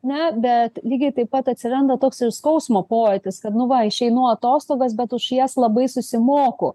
ne bet lygiai taip pat atsiranda toks ir skausmo pojūtis kad nu va išeinu atostogas bet už jas labai susimoku